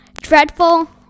dreadful